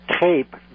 tape